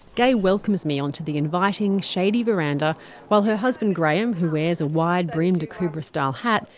gai welcomes me onto the inviting shady verandah while her husband graham who wears a wide brimmed akubra-style hat,